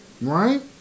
right